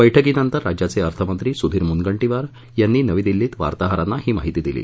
बैठकीनंतर राज्याचे अर्थमंत्री सुधीर मुनगंटीवार यांनी नवी दिल्लीत वार्ताहरांना ही माहिती दिली